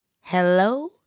hello